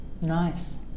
Nice